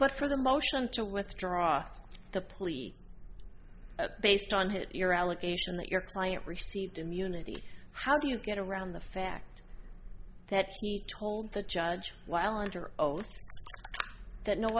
but for the motion to withdraw the plea based on your allegation that your client received immunity how do you get around the fact that he told the judge while under oath that no